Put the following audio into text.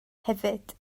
hefyd